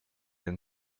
den